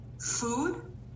food